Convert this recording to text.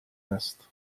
nest